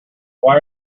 why